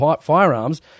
firearms